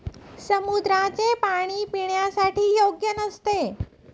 समुद्राचे पाणी पिण्यासाठी योग्य नसते